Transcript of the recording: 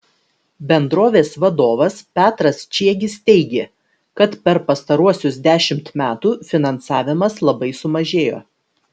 bendrovės vadovas petras čiegis teigė kad per pastaruosius dešimt metų finansavimas labai sumažėjo